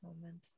moment